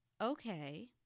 okay